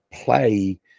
play